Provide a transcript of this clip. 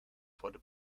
for